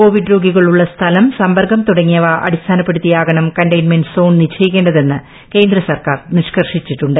Covid രോഗികൾ ഉള്ള സ്ഥലം സമ്പർക്കം തുടങ്ങിയവ അടിസ്ഥാനപ്പെടുത്തിയാകണം കണ്ടെയിൻമെന്റ് സോൺ നിശ്ചയിക്കേണ്ടതെന്ന് കേന്ദ്ര സർക്കാർ നിഷ്കർഷിച്ചിട്ടുണ്ട്